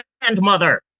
grandmother